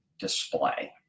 display